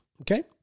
okay